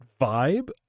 vibe